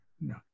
No